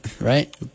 right